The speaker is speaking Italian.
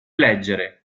leggere